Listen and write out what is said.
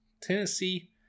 Tennessee